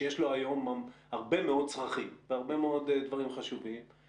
שיש לו היום הרבה מאוד צרכים והרבה מאוד דברים חשובים,